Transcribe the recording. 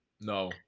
No